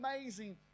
amazing